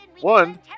One